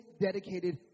dedicated